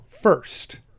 First